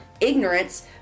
ignorance